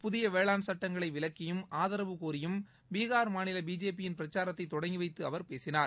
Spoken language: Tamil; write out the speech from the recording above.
புதிய வேளாண் சட்டங்களை விளக்கியும் ஆதரவு கோரியும் பீகார் மாநில பிஜேபி யின் பிரச்சாரத்தை தொடங்கி வைத்து அவர் பேசினார்